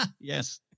Yes